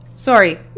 Sorry